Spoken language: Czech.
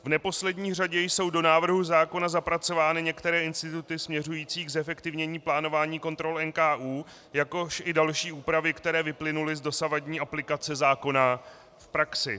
V neposlední řadě jsou do návrhu zákona zapracovány některé instituty směřující k zefektivnění plánování kontrol NKÚ, jakož i další úpravy, které vyplynuly z dosavadní aplikace zákona v praxi.